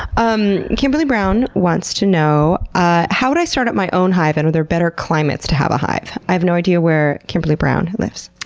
um kimberly brown wants to know ah how do i start up my own hive and are there better climate to have a hive? i have no idea where kimberly brown lives.